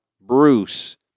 Bruce